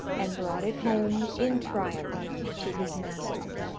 and brought it home in triumph to his master.